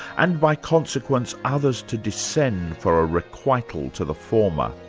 and by consequence others to descend for ah requital to the former.